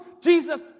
Jesus